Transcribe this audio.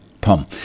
pom